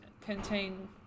contain